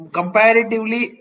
comparatively